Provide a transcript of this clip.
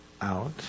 out